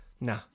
Nah